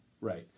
Right